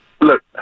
Look